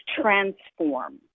transform